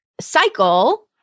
cycle